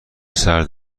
سرد